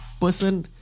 person